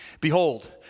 Behold